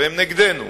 והן נגדנו,